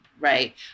Right